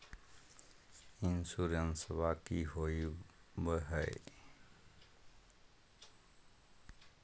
इंसोरेंसबा की होंबई हय?